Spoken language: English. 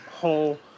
Whole